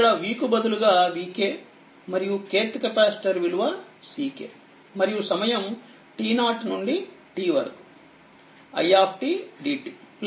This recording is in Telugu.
ఇక్కడ v కు బదులుగా vkమరియుkthకెపాసిటర్ విలువCkమరియు సమయంt0 నుండి t వరకు i dtvk